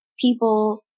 people